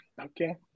Okay